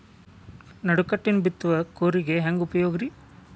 ನಡುಕಟ್ಟಿನ ಬಿತ್ತುವ ಕೂರಿಗೆ ಹೆಂಗ್ ಉಪಯೋಗ ರಿ?